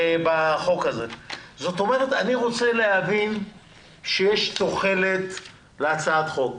אני רוצה להבין שיש תוחלת להצעת החוק,